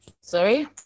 Sorry